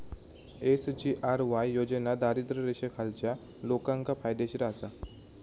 SGRY योजना दारिद्र्य रेषेखालच्या लोकांका फायदेशीर आसा